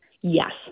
Yes